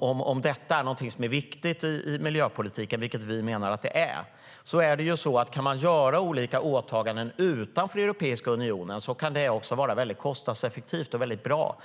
om detta är någonting som är viktigt i miljöpolitiken, vilket vi menar att det är - att det kan vara väldigt kostnadseffektivt och bra att göra olika åtaganden utanför Europeiska unionen.